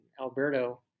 Alberto